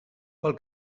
pel